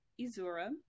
Izura